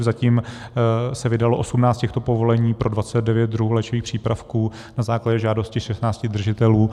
Zatím se vydalo 18 těchto povolení pro 29 druhů léčivých přípravků na základě žádosti 16 držitelů.